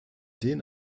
den